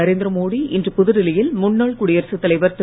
நரேந்திர மோடி இன்று புதுடெல்லியில் முன்னாள் குடியரசு தலைவர் திரு